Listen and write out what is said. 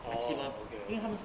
orh okay okay